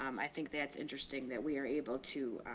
um i think that's interesting that we are able to,